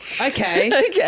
Okay